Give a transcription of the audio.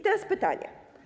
Teraz pytanie.